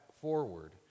forward